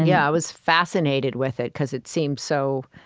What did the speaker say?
yeah i was fascinated with it, because it seemed so,